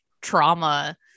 trauma